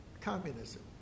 communism